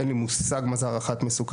אין לי מושג מה זה הערכת מסוכנות,